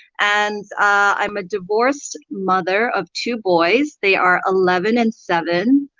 and i'm a divorced mother of two boys. they are eleven and seven.